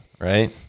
right